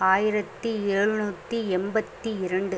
ஆயிரத்தி எழுநூற்றி எண்பத்தி இரண்டு